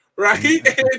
Right